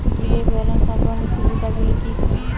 Zero balance একাউন্টের সুবিধা গুলি কি কি?